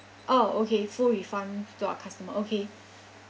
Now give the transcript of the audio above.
oh okay full refund to our customer okay